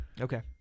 Okay